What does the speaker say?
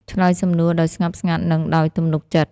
ឆ្លើយសំណួរដោយស្ងប់ស្ងាត់ និងដោយទំនុកចិត្ត។